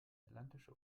atlantische